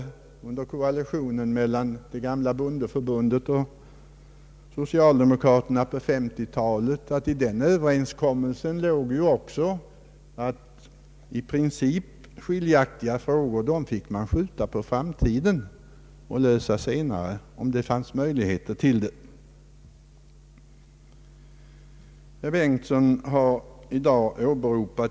Bakom den koalitionen låg en uppgörelse om att man fick skjuta på framtiden alla de frågor där de båda partierna hade principiellt skiljaktiga uppfattningar. En sådan samverkan skulle alltså inte skapa den starka regering som oppositionen i dag efterlyser.